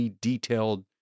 detailed